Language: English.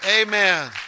Amen